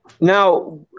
Now